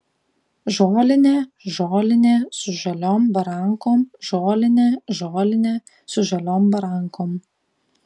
žolinė žolinė su žaliom barankom žolinė žolinė su žaliom barankom